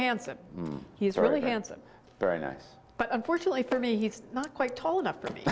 handsome he's really handsome very nice but unfortunately for me he's not quite tall enough for me